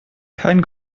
kein